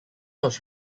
was